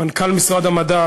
מנכ"ל משרד המדע,